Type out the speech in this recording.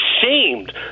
ashamed